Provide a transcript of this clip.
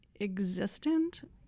existent